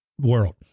World